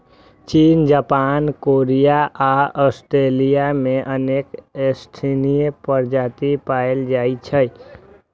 चीन, Japan, Korea आ Australia मे अनेक स्थानीय प्रजाति पाएल जाइ छै